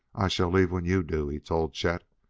i shall leave when you do, he told chet.